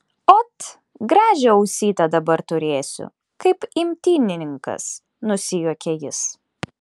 ot gražią ausytę dabar turėsiu kaip imtynininkas nusijuokė jis